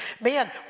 man